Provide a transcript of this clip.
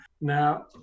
Now